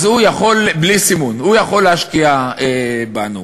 הוא יכול בלי סימון, הוא יכול להשקיע בנו.